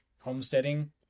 homesteading